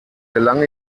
gelang